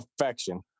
Affection